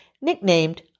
nicknamed